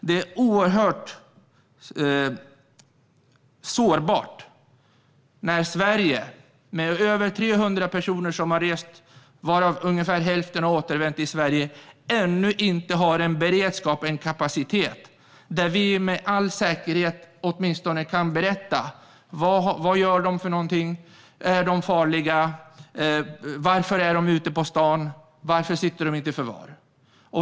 Det är oerhört sårbart när Sverige med över 300 personer som har rest till terrororganisationer, varav ungefär hälften har återvänt hit, ännu inte har en beredskap och en kapacitet som gör att vi med all säkerhet åtminstone kan berätta om dem: Vad gör de för någonting? Är de farliga? Varför är de ute på stan? Varför sitter de inte i förvar?